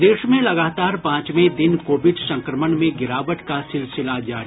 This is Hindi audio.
प्रदेश में लगातार पांचवें दिन कोविड संक्रमण में गिरावट का सिलसिला जारी